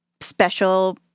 special